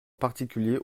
particulier